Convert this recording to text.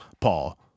Paul